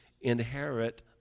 inherit